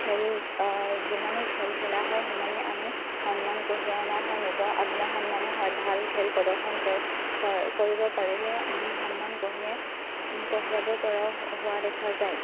খেল যিমানেই খেল খেলা হয় সিমানেই আমি সন্মান কঢ়িয়াই অনা হয় নিজৰ আত্মসন্মানো হয় ভাল খেল প্ৰদৰ্শন কৰিব পাৰিলে সন্মান কঢ়িয়াই কঢ়িয়াব পৰাও হোৱা দেখা যায়